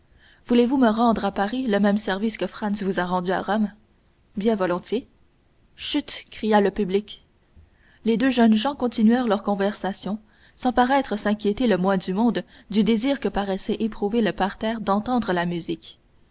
voudrez-vous me rendre à paris le même service que franz vous a rendu à rome bien volontiers chut cria le public les deux jeunes gens continuèrent leur conversation sans paraître s'inquiéter le moins du monde du désir que paraissait éprouver le parterre d'entendre la musique